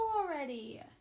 already